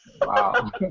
Wow